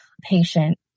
patient